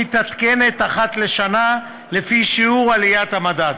מתעדכנת אחת לשנה לפי שיעור עליית המדד.